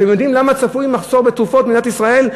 אתם יודעים למה צפוי מחסור בתרופות במדינת ישראל?